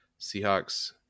Seahawks